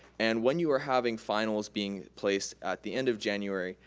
and when you are having finals being placed at the end of january,